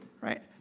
right